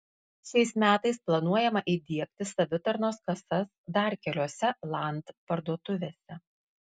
šiais metais planuojama įdiegti savitarnos kasas dar keliose land parduotuvėse